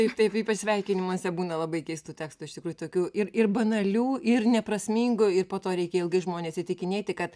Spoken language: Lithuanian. taip taip ypač sveikinimuose būna labai keistų tekstų iš tikrųjų tokių ir ir banalių ir neprasmingo ir po to reikia ilgai žmones įtikinėti kad